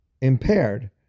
impaired